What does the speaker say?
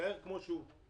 יישאר כמו שהוא.